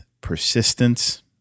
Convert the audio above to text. persistence